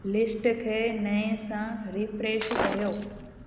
list खे नएं सां रिफ्रेश करियो